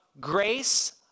grace